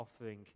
offering